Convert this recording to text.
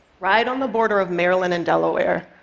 right on the border of maryland and delaware,